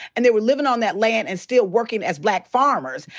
and they were livin' on that land and still working as black farmers.